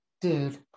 dude